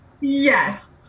Yes